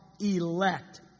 elect